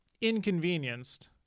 inconvenienced